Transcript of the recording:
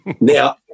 Now